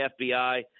FBI